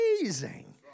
amazing